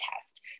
test